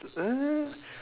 ~ed eh